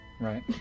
Right